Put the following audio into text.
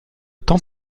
temps